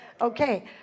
Okay